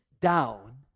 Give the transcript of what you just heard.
down